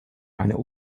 einer